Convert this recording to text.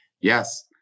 Yes